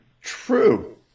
True